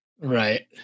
Right